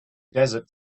desert